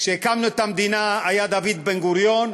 כשהקמנו את המדינה היה דוד בן-גוריון,